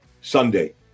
Sunday